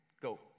Go